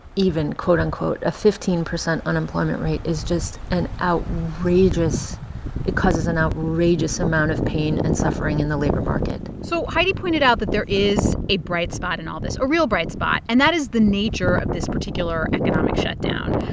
quote, unquote, a fifteen percent unemployment rate is just an outrageous it causes an outrageous amount of pain and suffering in the labor market so heidi pointed out that there is a bright spot in all this a real bright spot and that is the nature of this particular economic shutdown.